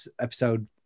episode